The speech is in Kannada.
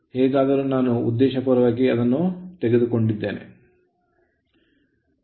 ಹೇಗಾದರೂ ನಾನು ಉದ್ದೇಶಪೂರ್ವಕವಾಗಿ ಅದನ್ನು ತೆಗೆದುಕೊಂಡಿದ್ದೇನೆ